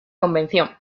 convención